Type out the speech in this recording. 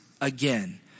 again